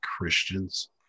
christian's